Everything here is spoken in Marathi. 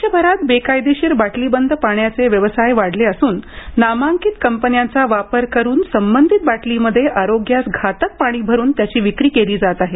राज्यभरात बेकायदेशीर बाटलीबंद पाण्याचे व्यवसाय वाढले असून नामांकित कंपन्यांचा वापर करून संबंधित बाटलीमध्ये आरोग्यास घातक पाणी भरून त्याची विक्री केली जात आहे